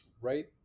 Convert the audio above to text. right